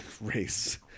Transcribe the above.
race